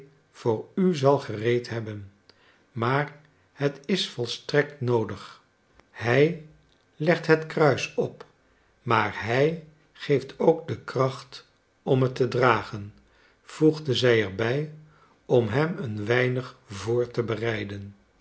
voor u zal gereed hebben maar het is volstrekt noodig hij legt het kruis op maar hij geeft ook de kracht om het te dragen voegde zij er bij om hem een weinig voor te bereiden